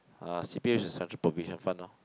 uh P_R is Central Provident Fund lor